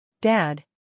Dad